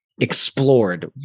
explored